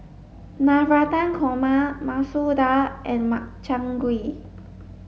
Navratan Korma Masoor Dal and Makchang Gui